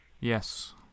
Yes